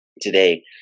Today